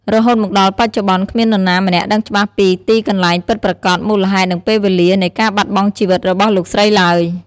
រហូតមកដល់បច្ចុប្បន្ន គ្មាននរណាម្នាក់ដឹងច្បាស់ពី ទីកន្លែងពិតប្រាកដ មូលហេតុ និងពេលវេលា នៃការបាត់បង់ជីវិតរបស់លោកស្រីឡើយ។